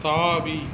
தாவி